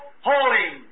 holy